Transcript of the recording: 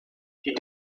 die